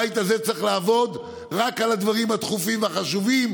הבית הזה צריך לעבוד רק על הדברים הדחופים והחשובים,